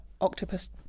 octopus